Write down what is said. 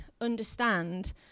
understand